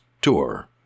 tour